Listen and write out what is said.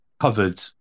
covered